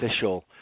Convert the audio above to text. official